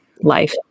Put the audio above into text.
life